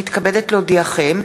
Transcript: הנני מתכבדת להודיעכם,